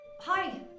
Hi